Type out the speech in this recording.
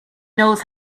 knows